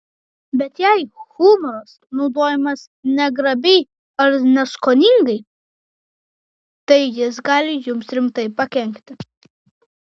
bet jei humoras naudojamas negrabiai ar neskoningai tai jis gali jums rimtai pakenkti